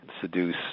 seduce